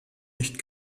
nicht